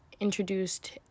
Introduced